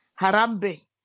Harambe